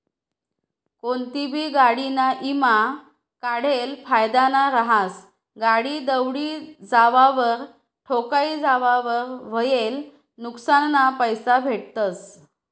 कोनतीबी गाडीना ईमा काढेल फायदाना रहास, गाडी दवडी जावावर, ठोकाई जावावर व्हयेल नुक्सानना पैसा भेटतस